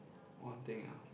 one thing ah